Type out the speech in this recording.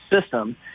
system